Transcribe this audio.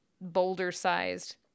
boulder-sized